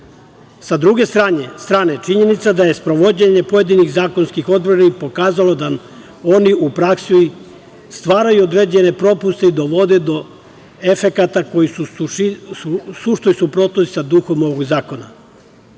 Sa druge strane, činjenica da je sprovođenje pojedinih zakonskih odredbi pokazalo da oni u praksi stvaraju određene propuste i dovode do efekata koji su u suštoj suprotnosti sa duhom ovog zakona. Može